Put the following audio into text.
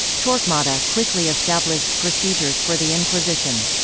torquemada quickly established procedures for the inquisition.